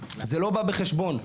זה לא בא בחשבון.